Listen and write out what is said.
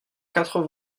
quatre